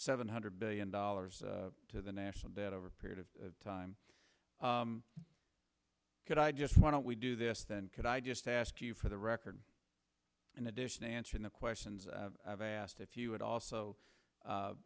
seven hundred billion dollars to the national debt over a period of time could i just want to do this then could i just ask you for the record in addition answering the questions i've asked if you would also